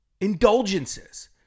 indulgences